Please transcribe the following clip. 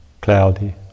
cloudy